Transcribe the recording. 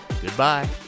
Goodbye